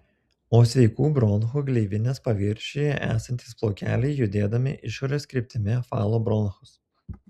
o sveikų bronchų gleivinės paviršiuje esantys plaukeliai judėdami išorės kryptimi apvalo bronchus